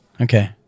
Okay